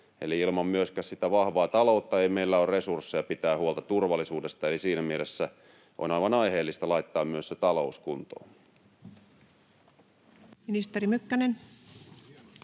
eli myöskään ilman vahvaa taloutta ei meillä ole resursseja pitää huolta turvallisuudesta, ja siinä mielessä on aivan aiheellista laittaa myös se talous kuntoon. [Speech